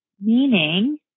Meaning